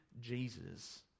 Jesus